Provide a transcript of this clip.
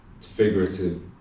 figurative